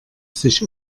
sich